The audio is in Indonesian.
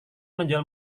menjual